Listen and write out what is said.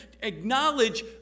acknowledge